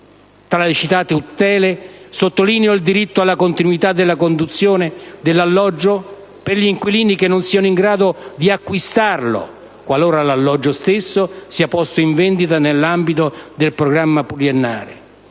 Tra le citate tutele, sottolineo il diritto alla continuità della conduzione dell'alloggio per gli inquilini che non siano in grado di acquistarlo, qualora l'alloggio stesso sia posto in vendita nell'ambito del programma pluriennale;